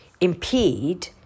impede